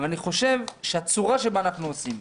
אבל אני חושב שהצורה שבה אנחנו עושים,